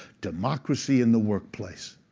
democracy in the workplace.